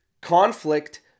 conflict